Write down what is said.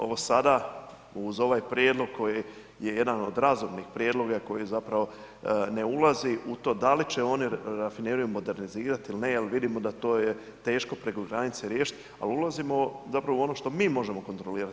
Ovo sada uz ovaj prijedlog koji je jedan od razumnih prijedloga, koji zapravo ne ulazi u to da li će oni rafineriju modernizirati ili ne jer vidimo da je to teško preko granice riješiti, ali ulazimo zapravo u ono što mi možemo kontrolirati.